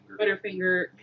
Butterfinger